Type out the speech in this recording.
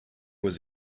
was